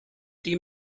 die